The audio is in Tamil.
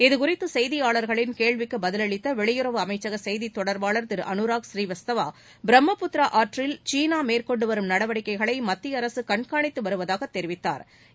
இது குறித்து செய்தியாளர்களின் கேள்விக்கு பதிலளித்த வெளியுறவு அமைச்சக செய்தி தொடர்பாளர் திரு அனுராக் ஸ்ரீவத்சவா பிரம்பபுத்திரா ஆற்றில் சீனா மேற்கொண்டு வரும் நடவடிக்கைகளை மத்திய அரசு கண்காணித்து வருவதாக தெரிவித்தாா்